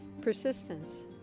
persistence